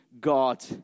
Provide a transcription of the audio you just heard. God